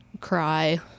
cry